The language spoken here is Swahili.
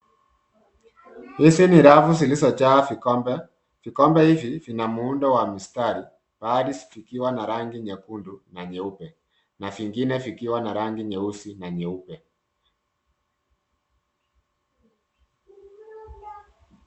Hizi ni rafu zilizojaa vikombe. Vikombe hivi vina muundo wa mistari baadhi vikiwa na rangi nyekundu na nyeupe na vingine vikiwa na rangi nyeusi na nyeupe.